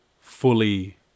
fully